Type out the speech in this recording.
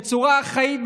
בצורה אחראית,